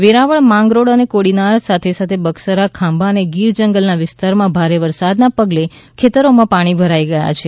વેરાવળ માંગરોળ અને કોડીનાર સાથોસાથ બગસરા ખાંભા અને ગીર જંગલ ના વિસ્તાર માં ભારે વરસાદને પગલે ખેતરો માં પાણી ભરાઈ ગયા છે